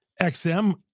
XM